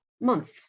month